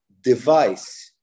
device